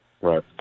Right